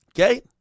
Okay